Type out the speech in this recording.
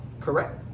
Correct